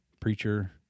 preacher